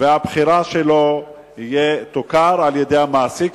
והבחירה שלו תוכר על-ידי המעסיק.